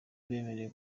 bemerewe